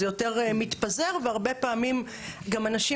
זה יותר מתפזר והרבה פעמים גם אנשים,